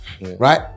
right